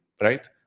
right